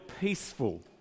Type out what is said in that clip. peaceful